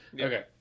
Okay